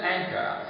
Anchor